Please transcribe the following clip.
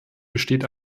besteht